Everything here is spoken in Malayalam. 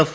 എഫ്